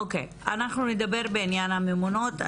אוקיי, אנחנו נדבר בעניין הממונות.